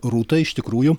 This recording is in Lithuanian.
rūta iš tikrųjų